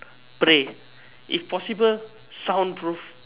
pray if possible sound proof